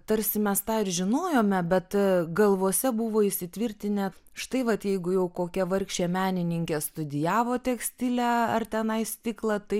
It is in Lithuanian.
tarsi mes tą ir žinojome bet galvose buvo įsitvirtinę štai vat jeigu jau kokia vargšė menininkė studijavo tekstilę ar tenai stiklą tai